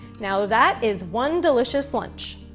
now, that is one delicious lunch.